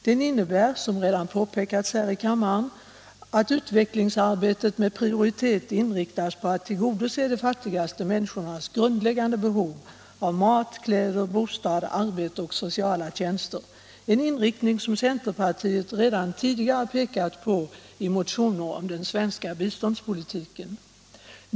Den innebär, som redan påpekats här i kammaren, att utvecklingssamarbetet med prioritet inriktas på att tillgodose de fattigaste människornas grundläggande behov av mat, kläder, bostad, arbete och sociala tjänster — en inriktning som centerpartiet tidigare pekat på i motioner om den svenska biståndspolitiken.